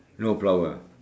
no flower